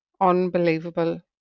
unbelievable